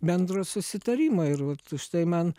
bendro susitarimo ir vat už tai man